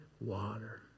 water